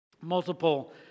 multiple